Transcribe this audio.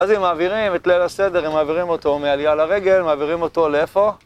אז הם מעבירים את ליל הסדר, הם מעבירים אותו מעליה לרגל, מעבירים אותו לאיפה?